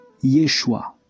Yeshua